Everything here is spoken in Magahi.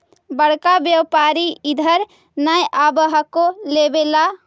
बड़का व्यापारि इधर नय आब हको लेबे ला?